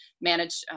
manage